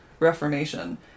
reformation